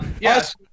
yes